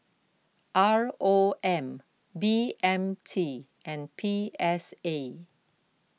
R O M B M T and P S A